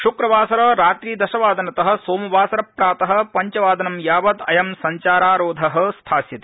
श्क्रवासर रात्रि दशवादनत सोमवासर प्रात पञ्चवादनं यावत् अयं संचारारोध स्थास्यति